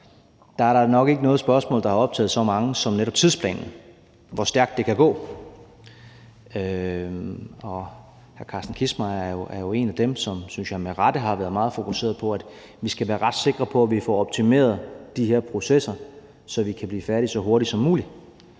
at der nok ikke er noget spørgsmål, der har optaget så mange som netop tidsplanen – hvor stærkt det kan gå. Hr. Carsten Kissmeyer er jo en af dem, som, synes jeg med rette, har været meget fokuseret på, at vi skal være ret sikre på, at vi får optimeret de her processer, så vi kan blive færdige så hurtigt som muligt.